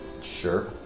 sure